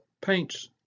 paints